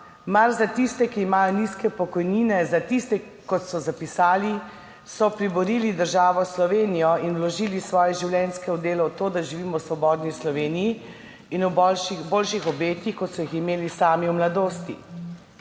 Mar za tiste, ki imajo nizke pokojnine, za tiste, ki, kot so zapisali, so priborili državo Slovenijo in vložili svoje življenjsko delo v to, da živimo v svobodni Sloveniji in v boljših objektih, kot so jih imeli sami v mladosti.